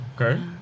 Okay